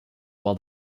while